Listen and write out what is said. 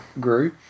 grew